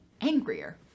angrier